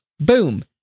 Boom